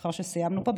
אחרי שסיימנו פה,